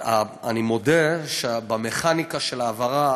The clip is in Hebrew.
אני מודה שבמכניקה של ההעברה,